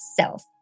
self